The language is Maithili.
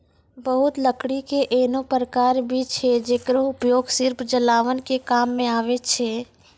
बहुत लकड़ी के ऐन्हों प्रकार भी छै जेकरो उपयोग सिर्फ जलावन के काम मॅ आवै छै